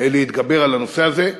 להתגבר על הנושא הזה.